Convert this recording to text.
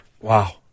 Wow